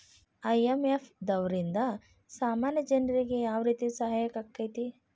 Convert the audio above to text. IMF ದವ್ರಿಂದಾ ಸಾಮಾನ್ಯ ಜನ್ರಿಗೆ ಯಾವ್ರೇತಿ ಸಹಾಯಾಕ್ಕತಿ?